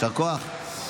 יישר כוח.